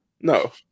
No